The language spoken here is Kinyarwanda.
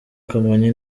kamonyi